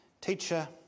Teacher